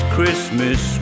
Christmas